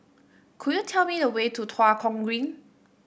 could you tell me the way to Tua Kong Green